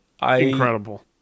Incredible